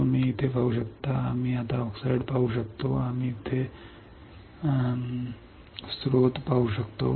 तर तुम्ही इथे पाहू शकता आम्ही आता ऑक्साईड पाहू शकतो आम्ही इथे ऑक्साईड पाहू शकतो